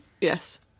yes